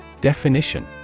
Definition